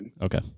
Okay